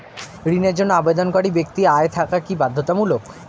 ঋণের জন্য আবেদনকারী ব্যক্তি আয় থাকা কি বাধ্যতামূলক?